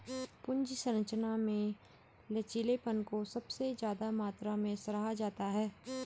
पूंजी संरचना में लचीलेपन को सबसे ज्यादा मात्रा में सराहा जाता है